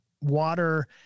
water